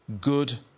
good